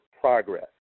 progress